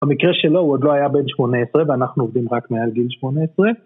המקרה שלו הוא עוד לא היה בן 18 ואנחנו עובדים רק מעל גיל 18